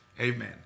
Amen